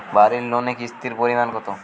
বাড়ি লোনে কিস্তির পরিমাণ কত?